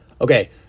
Okay